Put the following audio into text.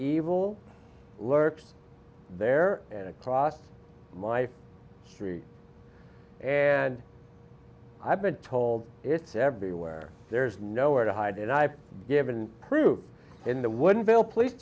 evil lurks there and across my street and i've been told it's everywhere there's nowhere to hide and i've given proof in that wouldn't bill police